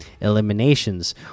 Eliminations